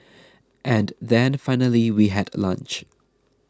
and then finally we had lunch